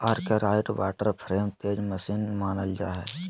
Arkwright water frame तेज machine मानल जा हई